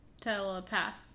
Telepath